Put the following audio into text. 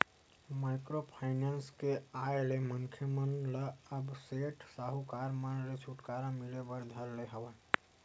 micro finance के आय ले मनखे मन ल अब सेठ साहूकार मन ले छूटकारा मिले बर धर ले हवय